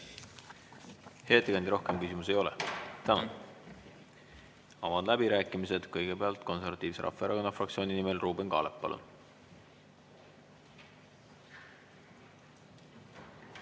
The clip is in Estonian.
ettekandja, rohkem küsimusi ei ole. Tänan! Avan läbirääkimised. Kõigepealt Konservatiivse Rahvaerakonna fraktsiooni nimel Ruuben Kaalep.